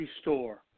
store